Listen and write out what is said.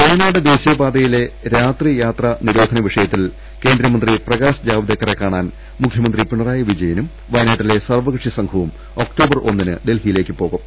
വയനാട് ദേശീയപാതയിലെ രാത്രിയാത്രാ നിരോധന വിഷ യത്തിൽ കേന്ദ്രമന്ത്രി പ്രകാശ് ജാവ്ദേക്കറെ കാണാൻ മുഖ്യമന്ത്രി പിണറായി വിജയനും വയനാട്ടിലെ സർവ്വ കക്ഷി സംഘവും ഒക്ടോബർ ഒന്നിന് ഡൽഹിയിലേക്ക് പോകും